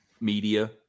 media